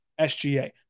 SGA